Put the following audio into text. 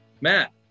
Matt